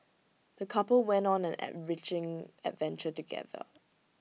the couple went on an enriching adventure together